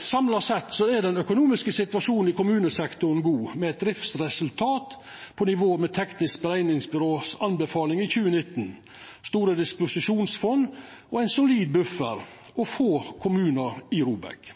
Samla sett er den økonomiske situasjonen i kommunesektoren god, med eit driftsresultat på nivå med Teknisk berekningsutvals anbefaling i 2019, store disposisjonsfond, ein solid buffer og få kommunar i ROBEK.